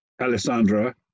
Alessandra